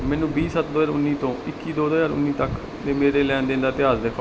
ਮੈਨੂੰ ਵੀਹ ਸੱਤ ਦੋ ਹਜ਼ਾਰ ਉੱਨੀ ਤੋਂ ਇੱਕੀ ਦੋ ਦੋ ਹਜ਼ਾਰ ਉੱਨੀ ਤੱਕ ਦੇ ਮੇਰੇ ਲੈਣ ਦੇਣ ਦਾ ਇਤਿਹਾਸ ਦਿਖਾਓ